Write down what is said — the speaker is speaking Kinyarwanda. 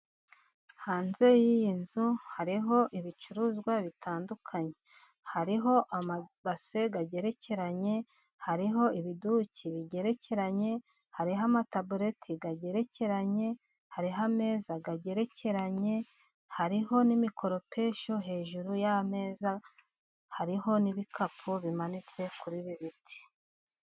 Hanze y'iyi nzu hariho ibicuruzwa bitandukanye hariho amabase agerekeranye, hariho ibiduki bigerekeranye, hari amatabuleti agerekeranye, hariho ameza agerekeranye, hariho n'imikoropesho hejuru y'ameza, hariho n'ibikapu bimanitse kuri libiti.